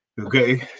Okay